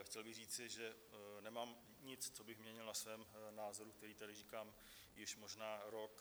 Chtěl bych říci, že nemám nic, co bych měnil na svém názoru, který tady říkám již možná rok.